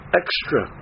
extra